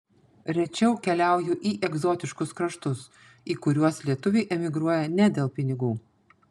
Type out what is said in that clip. rečiau keliauju į egzotiškus kraštus į kuriuos lietuviai emigruoja ne dėl pinigų